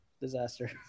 disaster